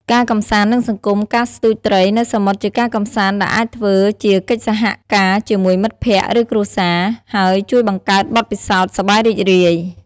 ការកម្សាន្ត និងសង្គម ការស្ទូចត្រីនៅសមុទ្រជាការកម្សាន្តដែលអាចធ្វើជាកិច្ចសហការជាមួយមិត្តភក្តិ ឬគ្រួសារ ហើយជួយបង្កើតបទពិសោធន៍សប្បាយរីករាយ។